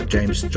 James